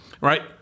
right